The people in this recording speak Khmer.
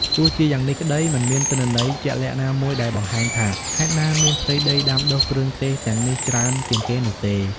ទោះជាយ៉ាងនេះក្តី មិនមានទិន្នន័យជាក់លាក់ណាមួយដែលបង្ហាញថាខេត្តណាមានផ្ទៃដីដាំដុះគ្រឿងទេសទាំងនេះច្រើនជាងគេនោះទេ។